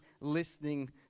listening